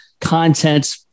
content